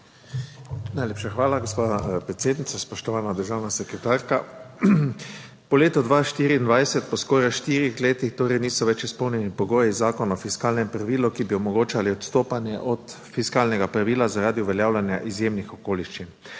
Najlepša hvala, gospa predsednica. Spoštovana državna sekretarka! Po letu 2024, po skoraj štirih letih torej niso več izpolnjeni pogoji Zakona o fiskalnem pravilu, ki bi omogočali odstopanje od fiskalnega pravila zaradi uveljavljanja izjemnih okoliščin.